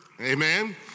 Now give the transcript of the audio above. Amen